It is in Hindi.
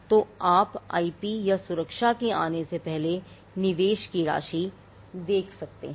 तो आप आईपी या सुरक्षा के आने से पहले निवेश की राशि देख सकते हैं